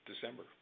December